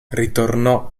ritornò